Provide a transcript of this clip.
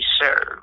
serve